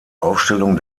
aufstellung